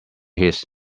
his